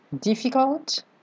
difficult